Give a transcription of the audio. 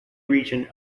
region